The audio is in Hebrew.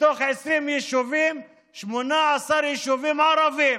מתוך 20 יישובים, 18 יישובים ערבים.